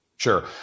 Sure